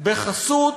בחסות